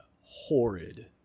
horrid